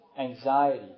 anxiety